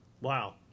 Wow